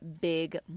Big